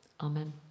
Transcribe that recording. Amen